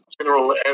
General